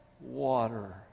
water